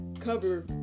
cover